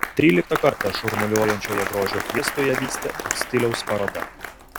tryliktą kartą šurmuliuojančioje grožio fiestoje vyksta ir stiliaus paroda